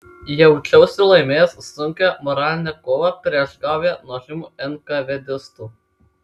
jaučiausi laimėjęs sunkią moralinę kovą prieš gaują nuožmių enkavėdistų